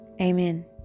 Amen